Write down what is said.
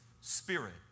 Spirit